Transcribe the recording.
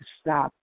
stop